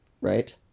right